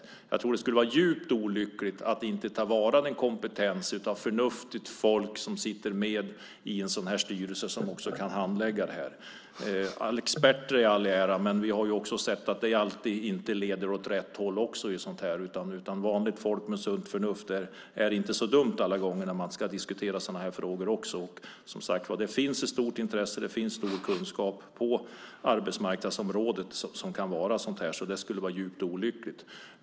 Jag tror att det skulle vara djupt olyckligt att inte ta vara på den kompetens som finns hos förnuftigt folk som sitter med i en sådan här styrelse som också kan handlägga de här frågorna. Experter i all ära, men vi har ju också sett att det inte alltid leder åt rätt håll. Vanligt folk med sunt förnuft är inte så dumt alla gånger när man ska diskutera sådana här frågor. Det finns som sagt ett stort intresse, och det finns stor kunskap på arbetsmarknadsområdet. En förändring skulle vara djupt olycklig.